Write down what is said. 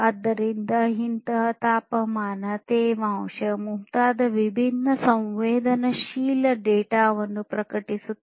ಆದ್ದರಿಂದ ಇಂತಹ ತಾಪಮಾನ ತೇವಾಂಶ ಮುಂತಾದ ವಿಭಿನ್ನ ಸಂವೇದನಾಶೀಲ ಡೇಟಾ ವನ್ನು ಪ್ರಕಟಿಸುತ್ತದೆ